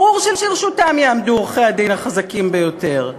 ברור שלרשותם יעמדו עורכי-הדין החזקים ביותר.